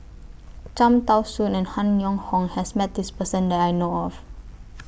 Cham Tao Soon and Han Yong Hong has Met This Person that I know of